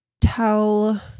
tell